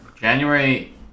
january